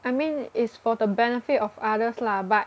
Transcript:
I mean is for the benefit of others lah but